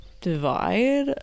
divide